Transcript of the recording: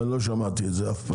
לא שמעתי את זה אף פעם,